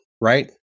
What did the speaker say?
right